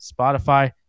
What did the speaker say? Spotify